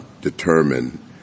determine